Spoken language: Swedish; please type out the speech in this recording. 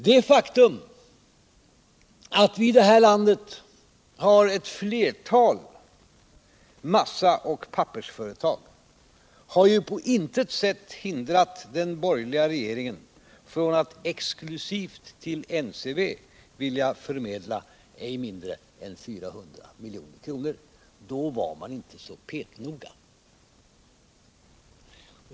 Det faktum att vi i det här landet har ett flertal massaoch pappersföretag har ju på intet sätt hindrat den borgerliga regeringen från att exklusivt till NCB vilja förmedla ej mindre än 400 milj.kr. Då var man inte så petnoga.